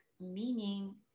meaning